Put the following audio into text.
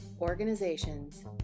organizations